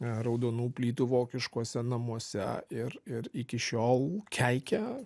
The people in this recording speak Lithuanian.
raudonų plytų vokiškuose namuose ir ir iki šiol keikia